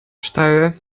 cztery